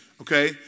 okay